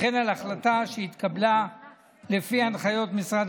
וכן על החלטה שהתקבלה לפי הנחיות משרד